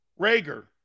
Rager